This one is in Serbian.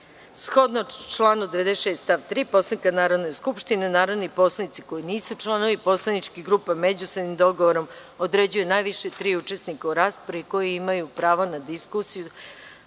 96. stav 3. Poslovnika Narodne skupštine, narodni poslanici koji nisu članovi poslaničkih grupa, međusobnim dogovorom određuju najviše tri učesnika u raspravi, koji imaju pravo na diskusiju